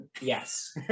Yes